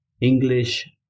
English